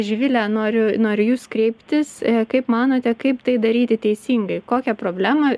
živile noriu noriu į jus kreiptis kaip manote kaip tai daryti teisingai kokią problemą